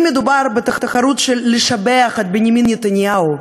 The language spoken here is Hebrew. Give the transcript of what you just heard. אם מדובר בתחרות של לשבח את בנימין נתניהו,